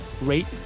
rate